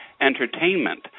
Entertainment